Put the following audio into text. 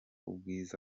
ubwiza